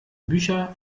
bücher